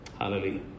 Hallelujah